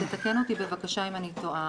תקן אותי אם אני טועה,